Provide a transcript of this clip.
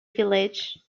village